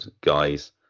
guys